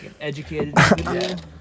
educated